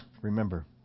remember